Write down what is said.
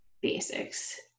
basics